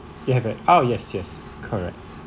you have an oh yes yes correct